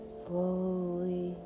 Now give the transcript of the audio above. slowly